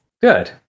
Good